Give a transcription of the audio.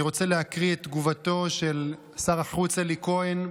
אני רוצה להקריא את תגובתו של שר החוץ אלי כהן: